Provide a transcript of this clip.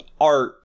art